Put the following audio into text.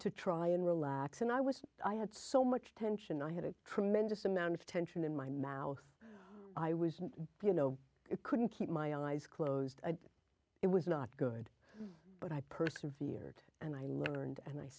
to try and relax and i was i had so much tension i had a tremendous amount of tension in my mouth i was do you know couldn't keep my eyes closed it was not good but i persevered and i learned and i